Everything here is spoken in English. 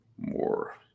more